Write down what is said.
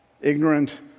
Ignorant